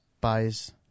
buys